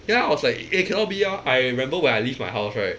then I was like eh cannot be orh I remember when I leave my house right